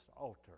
altar